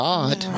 God